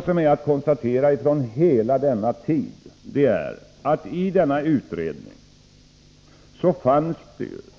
Det man kan konstatera — och